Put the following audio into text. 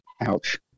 Ouch